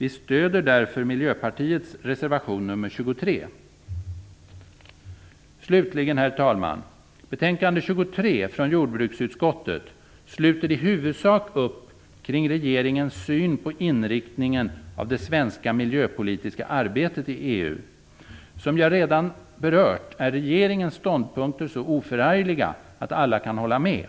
Vi stödjer därför Miljöpartiets reservation nr 23. Till sist, herr talman: Betänkande nr 23 från jordbruksutskottet sluter i huvudsak upp kring regeringens syn på inriktningen av det svenska miljöpolitiska arbetet i EU. Som jag redan berört är regeringens ståndpunkter så oförargliga att alla kan hålla med.